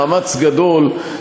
מאמץ גדול,